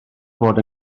fod